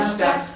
Step